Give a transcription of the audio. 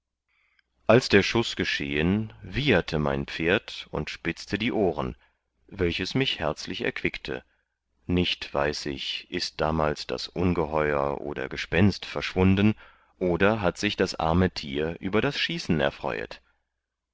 als der schuß geschehen wieherte mein pferd und spitzte die ohren welches mich herzlich erquickte nicht weiß ich ist damals das ungeheur oder gespenst verschwunden oder hat sich das arme tier über das schießen erfreuet